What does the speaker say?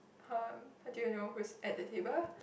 her how do you know who's at the table